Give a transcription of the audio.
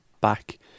back